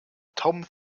tom